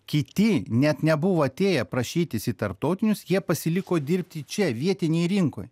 kiti net nebuvo atėję prašytis į tarptautinius jie pasiliko dirbti čia vietinėj rinkoj